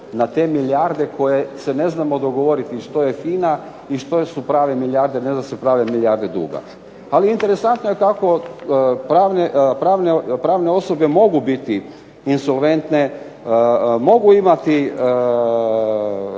na te milijarde koje se ne znamo dogovoriti ni što je FINA i što su prave milijarde, ne da se prave milijarde duga. Ali interesantno je tako pravne osobe mogu biti insolventne, mogu imati